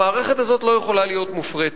המערכת הזאת לא יכולה להיות מופרטת.